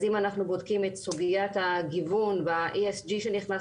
אז אם אנחנו בודקים את סוגית הגיוון וה-ESG שנכנס